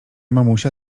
mamusia